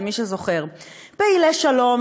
למי שזוכר: פעילי שלום,